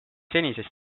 senisest